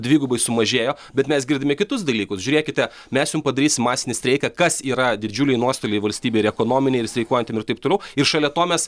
dvigubai sumažėjo bet mes girdime kitus dalykus žiūrėkite mes jum padarysim masinį streiką kas yra didžiuliai nuostoliai valstybei ir ekonominei ir streikuojantiem ir taip toliau ir šalia to mes